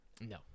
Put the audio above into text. No